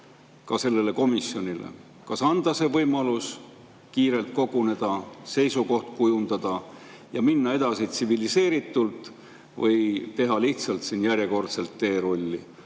ka sellele komisjonile, kas anda võimalus kiirelt koguneda, seisukoht kujundada ja minna edasi tsiviliseeritult või teha lihtsalt järjekordselt teerulli.